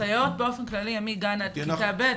הסייעות באופן כללי הן מגן ועד כיתה ב'.